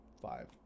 five